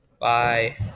Bye